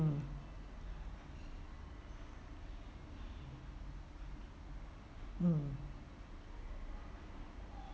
mm